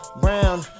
brown